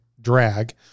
drag